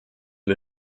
wir